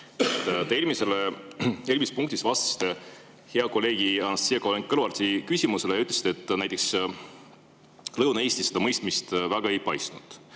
Te eelmises punktis vastasite hea kolleegi Anastassia Kovalenko-Kõlvarti küsimusele ja ütlesite, et näiteks Lõuna-Eestis seda mõistmist väga ei paistnud.